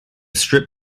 strip